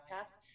podcast